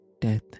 death